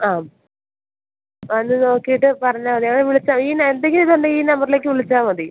ആ ആ എന്നാല് നോക്കിയിട്ടു പറഞ്ഞാല് മതി ഞങ്ങളെ വിളിച്ചോ ഇനിയെന്തെങ്കിലിതുണ്ടെങ്കില് ഈ നമ്പറിലേക്കു വിളിച്ചാല്മതി